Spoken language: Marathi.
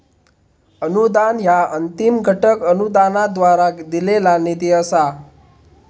अनुदान ह्या अंतिम घटक अनुदानाद्वारा दिलेला निधी असा